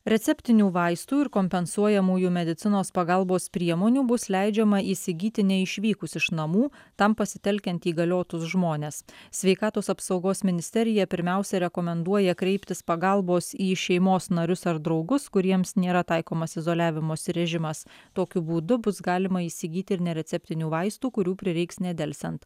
receptinių vaistų ir kompensuojamųjų medicinos pagalbos priemonių bus leidžiama įsigyti neišvykus iš namų tam pasitelkiant įgaliotus žmones sveikatos apsaugos ministerija pirmiausia rekomenduoja kreiptis pagalbos į šeimos narius ar draugus kuriems nėra taikomas izoliavimosi režimas tokiu būdu bus galima įsigyti ir nereceptinių vaistų kurių prireiks nedelsiant